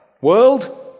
world